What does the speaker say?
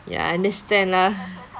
ya understand lah